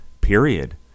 period